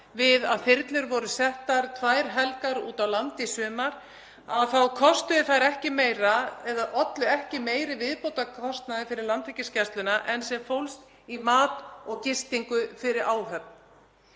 við að þyrlur voru settar tvær helgar út á land í sumar, að þær kostuðu ekki meira eða ollu ekki meiri viðbótarkostnaði fyrir Landhelgisgæsluna en sem fólst í mat og gistingu fyrir áhöfn.